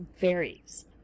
varies